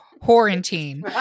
Quarantine